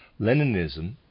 Leninism